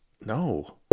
No